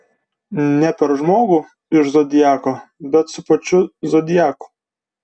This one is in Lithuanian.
ne per žmogų iš zodiako bet su pačiu zodiaku